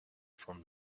from